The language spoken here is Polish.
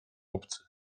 obcy